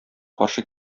каршы